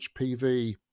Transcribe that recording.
HPV